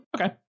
Okay